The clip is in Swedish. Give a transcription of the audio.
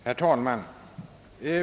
Herr talman!